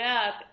up